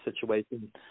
situation